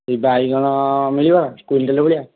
ଏଇ ବାଇଗଣ ମିଳିବ କୁଇଣ୍ଟାଲ୍ ଭଳିଆ